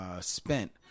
spent